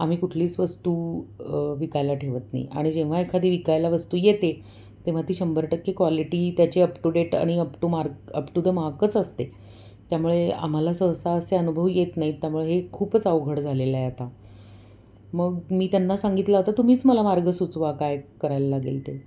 आम्ही कुठलीच वस्तू विकायला ठेवत नाही आणि जेव्हा एखादी विकायला वस्तू येते तेव्हा ती शंभर टक्के क्वालिटी त्याचे अप टू डेट आणि up to mark up to the मार्कच असते त्यामुळे आम्हाला सहसा असे अनुभव येत नाही त्यामुळे हे खूपच अवघड झालेलं आहे आता मग मी त्यांना सांगितलं होतं तुम्हीच मला मार्ग सूचवा काय करायला लागेल ते